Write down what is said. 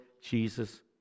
Jesus